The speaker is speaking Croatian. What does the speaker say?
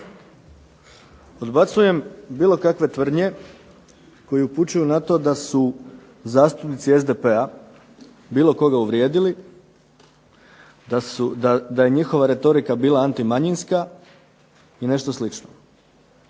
Odbacujem bilo kakve tvrdnje koje upućuju na to da su zastupnici SDP-a bilo koga uvrijedili, da je njihova retorika bila antimanjinska ili nešto slično.